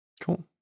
Cool